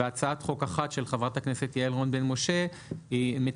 והצעת חוק אחת של חה"כ יעל רון בן משה מציעה